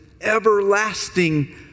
everlasting